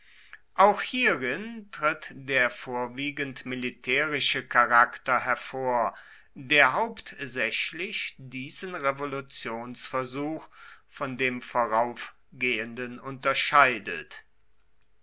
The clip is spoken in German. auch hierin tritt der vorwiegend militärische charakter hervor der hauptsächlich diesen revolutionsversuch von dem voraufgehenden unterscheidet